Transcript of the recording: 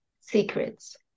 secrets